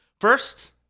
first